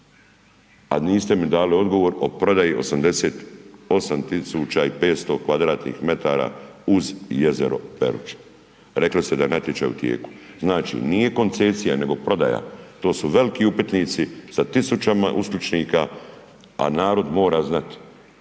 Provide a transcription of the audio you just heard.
A niste mi dali odgovor o prodaji 88.500 m2 uz jezero Peruća. Rekli ste da je natječaj u tijeku. Znači nije koncesija nego prodaja. To su veliki upitnici, sa tisućama uskličnika, a narod mora znati.